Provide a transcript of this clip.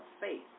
faith